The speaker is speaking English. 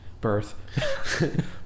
birth